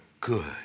good